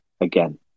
again